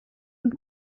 und